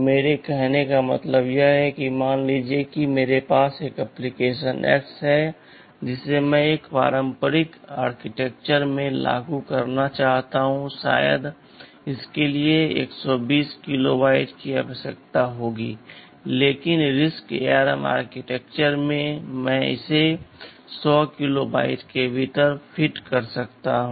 मेरे कहने का मतलब यह है कि मान लीजिए कि मेरे पास एक एप्लीकेशन X है जिसे मैं एक पारंपरिक आर्किटेक्चर में लागू करना चाहता हूं शायद इसके लिए 120 किलोबाइट की आवश्यकता होगी लेकिन RISC ARM आर्किटेक्चर में मैं इसे 100 किलोबाइट के भीतर फिट कर सकता हूं